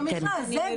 זה המכרז.